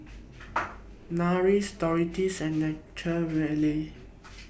Nars Doritos and Nature Valley